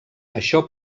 això